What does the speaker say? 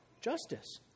justice